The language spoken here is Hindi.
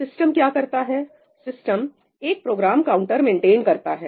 सिस्टम क्या करता है सिस्टम एक प्रोग्राम काउंटर मेंटेन करता है